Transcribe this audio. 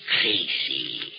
crazy